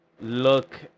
look